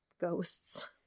ghosts